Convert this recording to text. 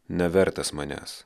nevertas manęs